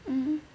mmhmm